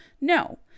No